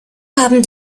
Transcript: haben